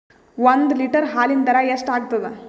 ಒಂದ್ ಲೀಟರ್ ಹಾಲಿನ ದರ ಎಷ್ಟ್ ಆಗತದ?